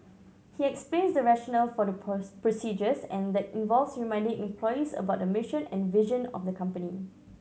he explains the rationale for the procedures and that involves reminding employees about the mission and vision of the company